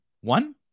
One